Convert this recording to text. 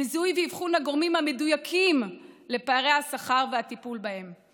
בזיהוי ואבחון של הגורמים המדויקים לפערי השכר ובטיפול בהם.